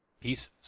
pieces